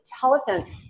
telephone